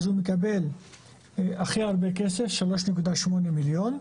אז הוא מקבל הכי הרבה כסף 3,8 מיליון,